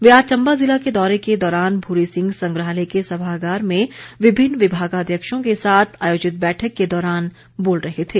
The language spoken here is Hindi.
वे आज चम्बा ज़िला के दौरे के दौरान भूरि सिंह संग्रहालय के सभागार में विभिन्न विभागाध्यक्षों के साथ आयोजित बैठक के दौरान बोल रहे थे